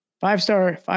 five-star